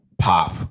pop